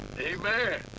Amen